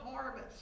harvest